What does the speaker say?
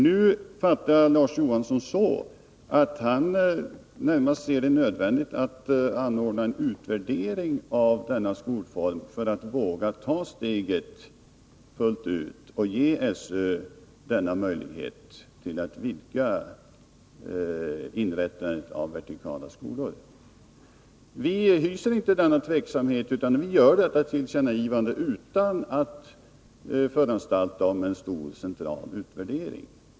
Nu fattar jag Larz Johansson så att han anser det nödvändigt att anordna en utvärdering av denna skolform innan han vågar ta steget fullt ut och ger skolöverstyrelsen möjlighet att vidga inrättandet av vertikala skolor. Vi hyser inte denna tveksamhet utan gör tillkännagivandet utan att föranstalta om en stor central utvärdering.